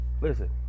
listen